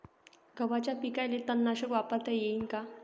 गव्हाच्या पिकाले तननाशक वापरता येईन का?